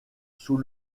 sous